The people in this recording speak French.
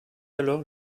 alors